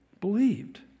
believed